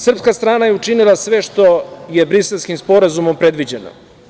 Srpska strana je učinila sve što je Briselskim sporazumom predviđeno.